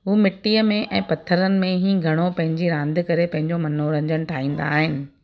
हू मिट्टीअ में ऐं पत्थरनि में ही घणो करे पंहिंजी रांदि करे पंहिंजो मनोरंजन ठाहींदा आहिनि